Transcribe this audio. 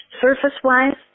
Surface-wise